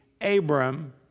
Abram